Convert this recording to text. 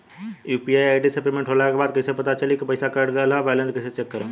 UPI ID से payment होला के बाद कइसे पता चली की पईसा कट गएल आ बैलेंस कइसे चेक करम?